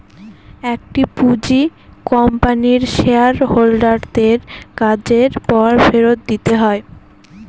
একটি পুঁজি কোম্পানির শেয়ার হোল্ডার দের কাজের পর ফেরত দিতে হয়